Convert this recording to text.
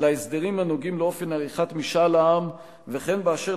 להסדרים הנוגעים לאופן עריכת משאל העם וכן באשר